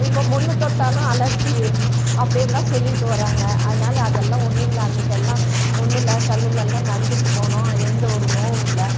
இப்போ முன்னு தொட்டாலும் அலர்ஜி அப்படியெல்லாம் சொல்லிகிட்டு வர்றாங்க அதனாலே அதெல்லாம் ஒன்றுமில்ல அன்றைக்கெல்லாம் முன்னுல்ல கல்லுலெல்லாம் நடந்துக்கிட்டு போனோம் எந்த ஒரு நோயும் இல்லை